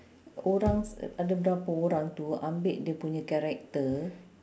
orang ada berapa orang tu ambil dia punya character